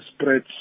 spread